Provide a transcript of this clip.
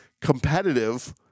competitive